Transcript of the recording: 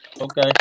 Okay